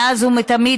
מאז ומתמיד,